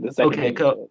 Okay